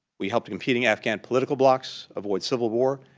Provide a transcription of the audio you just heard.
we helped competing afghan political blocs avoid civil war,